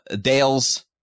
Dale's